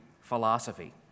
philosophy